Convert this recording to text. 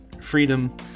Freedom